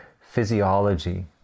physiology